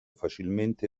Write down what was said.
facilmente